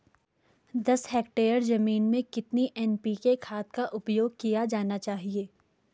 दस हेक्टेयर जमीन में कितनी एन.पी.के खाद का उपयोग किया जाना चाहिए?